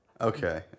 Okay